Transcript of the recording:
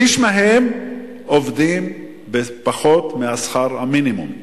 שליש מהם עובדים בפחות משכר המינימום.